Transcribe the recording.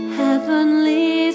heavenly